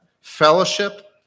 Fellowship